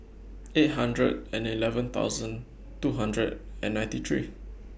eight hundred and eleven thousand two hundred and ninety three